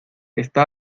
esta